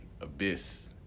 abyss